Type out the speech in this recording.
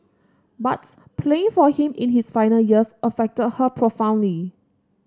but playing for him in his final years affected her profoundly